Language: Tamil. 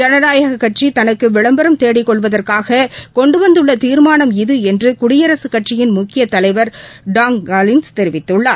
ஜனநாயகக் கட்சி தனக்கு விளம்பரம் தேடிக்கொள்வதற்காக கொண்டு வந்துள்ள தீர்மானம் இது என்று குடியரசுக் கட்சியின் முக்கிய தலைவர் திரு டங் காலின்ஸ் தெரிவித்துள்ளார்